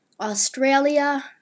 Australia